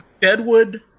Deadwood